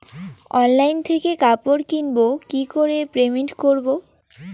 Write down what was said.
Online থেকে কাপড় কিনবো কি করে পেমেন্ট করবো?